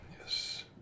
Yes